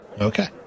Okay